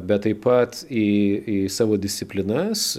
bet taip pat į į savo disciplinas